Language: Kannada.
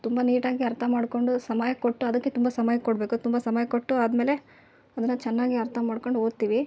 ತುಂಬ ನೀಟಾಗಿ ಅರ್ಥ ಮಾಡಿಕೊಂಡು ಸಮಯ ಕೊಟ್ಟು ಅದಕ್ಕೆ ತುಂಬ ಸಮಯ ಕೊಡಬೇಕು ತುಂಬ ಸಮಯ ಕೊಟ್ಟು ಆದಮೇಲೆ ಅದನ್ನು ಚೆನ್ನಾಗಿ ಅರ್ಥ ಮಾಡ್ಕೊಂಡು ಓದ್ತೀವಿ